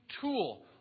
tool